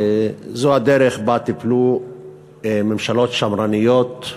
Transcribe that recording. זו הדרך שבה טיפלו ממשלות שמרניות,